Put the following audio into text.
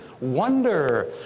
Wonder